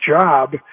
job